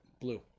blue